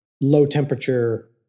low-temperature